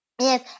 Yes